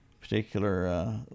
particular